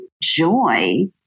joy